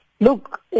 Look